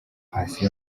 paccy